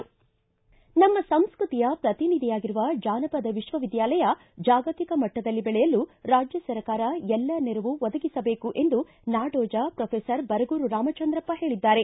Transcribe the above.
ನಮ್ನ ಸಂಸ್ಕೃತಿಯ ಪ್ರತಿನಿಧಿಯಾಗಿರುವ ಜಾನಪದ ವಿಶ್ವವಿದ್ನಾಲಯ ಜಾಗತಿಕ ಮಟ್ಟದಲ್ಲಿ ಬೆಳೆಯಲು ರಾಜ್ಯ ಸರ್ಕಾರ ಎಲ್ಲ ನೆರವು ಒದಗಿಸಬೇಕು ಎಂದು ನಾಡೋಜ ಪ್ರೊಫೆಸರ್ ಬರಗೂರ ರಾಮಚಂದ್ರಪ್ಪ ಹೇಳಿದ್ದಾರೆ